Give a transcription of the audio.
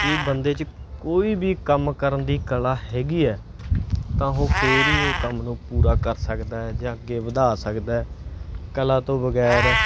ਜੇ ਬੰਦੇ 'ਚ ਕੋਈ ਵੀ ਕੰਮ ਕਰਨ ਦੀ ਕਲਾ ਹੈਗੀ ਹੈ ਤਾਂ ਉਹ ਫੇਰ ਹੀ ਉਹ ਕੰਮ ਨੂੰ ਪੂਰਾ ਕਰ ਸਕਦਾ ਜਾਂ ਅੱਗੇ ਵਧਾ ਸਕਦਾ ਕਲਾ ਤੋਂ ਬਗੈਰ